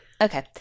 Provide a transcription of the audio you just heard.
Okay